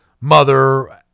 mother